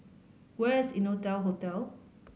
where is Innotel Hotel